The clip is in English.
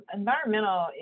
environmental